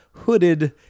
hooded